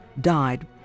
died